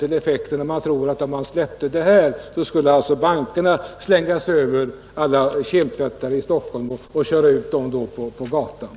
Det är närmast löjligt att tro, att om man släpper hyresregleringen så slänger sig bankerna över alla kemtvätterier och kör ut innehavarna på gatan.